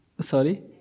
sorry